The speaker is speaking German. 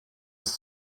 ist